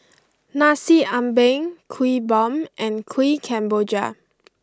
Nasi Ambeng Kuih Bom and Kuih Kemboja